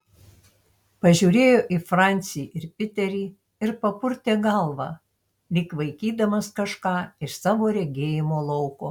pažiūrėjo į francį ir piterį ir papurtė galvą lyg vaikydamas kažką iš savo regėjimo lauko